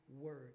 word